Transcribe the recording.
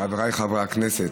חבריי חברי הכנסת,